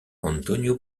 antonio